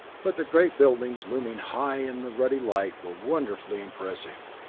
but the great buildings looming high in the ruddy light were wonderfully impressive,